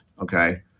Okay